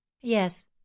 Yes